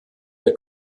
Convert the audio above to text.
der